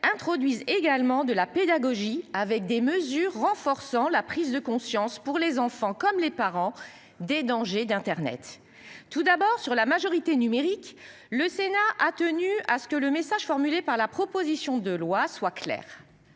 introduisent également de la pédagogie avec des mesures renforçant la prise de conscience pour les enfants comme les parents des dangers d'Internet. Tout d'abord sur la majorité numérique, le Sénat a tenu à ce que le message par la proposition de loi soit clair.